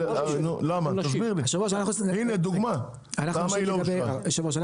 היא לא מתאימה?